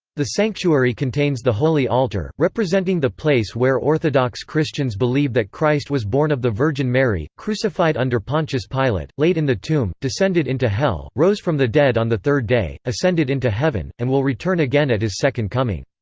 the sanctuary contains the holy altar, representing the place where orthodox christians believe that christ was born of the virgin mary, crucified under pontius pilate, laid in the tomb, descended into hell, rose from the dead on the third day, ascended into heaven, and will return again at his second coming.